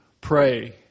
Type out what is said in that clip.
pray